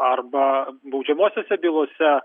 arba baudžiamosiose bylose